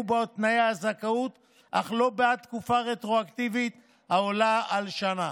תנאי הזכאות אך לא בעד תקופה רטרואקטיבית העולה על שנה.